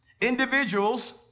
Individuals